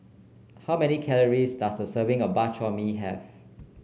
how many calories does a serving of Bak Chor Mee have